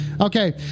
okay